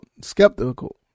skeptical